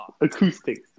acoustics